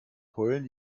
heulen